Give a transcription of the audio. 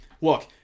Look